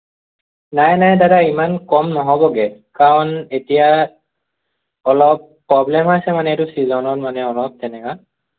নাই নাই দাদা ইমান কম নহ'বগৈ কাৰণ এতিয়া অলপ পব্লেম হৈ আছে মানে এইটো চিজনত মানে অলপ তেনাকা